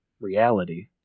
reality